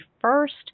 first